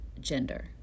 gender